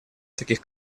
таких